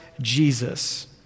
Jesus